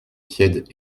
tiède